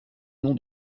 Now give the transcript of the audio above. nom